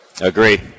Agree